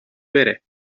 بره